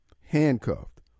handcuffed